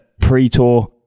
pre-tour